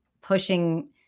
pushing